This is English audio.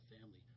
family